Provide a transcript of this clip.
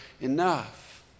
enough